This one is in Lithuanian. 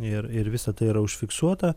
ir ir visa tai yra užfiksuota